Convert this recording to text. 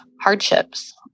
hardships